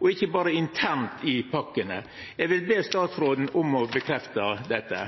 ikkje berre internt i pakkane. Eg vil be statsråden om å bekrefte dette.